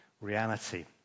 reality